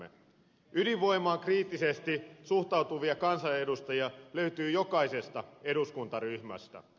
ydinvoimaan kriittisesti suhtautuvia kansanedustajia löytyy jokaisesta eduskuntaryhmästä